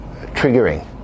triggering